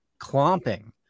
clomping